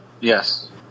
Yes